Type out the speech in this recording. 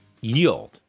yield